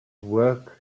work